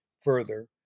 further